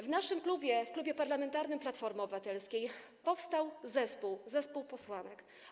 W naszym klubie, w Klubie Parlamentarnym Platforma Obywatelska, powstał zespół posłanek.